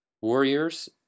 Warriors